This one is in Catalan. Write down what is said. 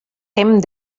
hem